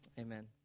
Amen